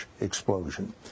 explosion